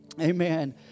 Amen